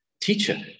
Teacher